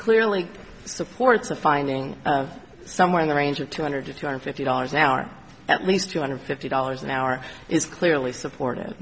clearly supports a finding somewhere in the range of two hundred to two hundred fifty dollars an hour at least two hundred fifty dollars an hour is clearly support